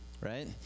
right